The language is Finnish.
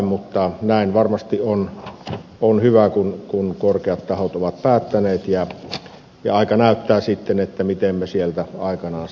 mutta näin varmasti on hyvä kun korkeat tahot ovat päättäneet ja aika näyttää sitten miten me sieltä aikanaan palaamme